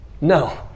No